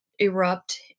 erupt